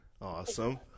Awesome